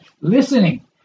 listening